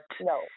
No